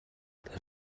das